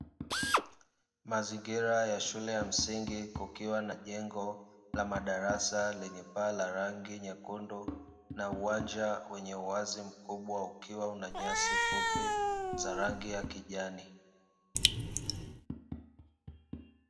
Mazingira ya shule ya msingi kukiwa na jengo la madarasa lenye paa la rangi nyekundu, na uwanja wenye uwazi mkubwa ukiwa una nyasi fupi za rangi ya kijani .